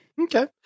Okay